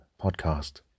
podcast